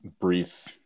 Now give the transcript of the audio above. brief